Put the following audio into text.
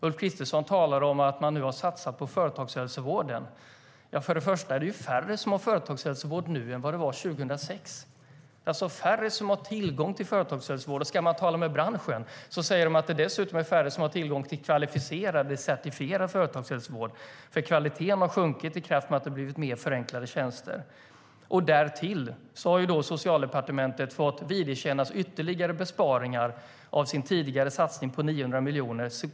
Ulf Kristersson talar om att de har satsat på företagshälsovården, men det är färre som har tillgång till företagshälsovård nu än 2006. Talar man med branschen är det dessutom färre som har tillgång till kvalificerad och certifierad företagshälsovård, för kvaliteten har sjunkit i takt med att det har blivit mer förenklade tjänster. Därtill har Socialdepartementet fått viderkännas ytterligare besparingar av sin tidigare satsning på 900 miljoner.